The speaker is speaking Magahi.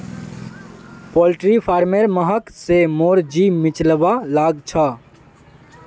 पोल्ट्री फारमेर महक स मोर जी मिचलवा लाग छ